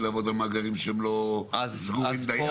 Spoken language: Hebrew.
לעבוד על מאגרים שהם לא סגורים דיים.